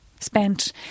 spent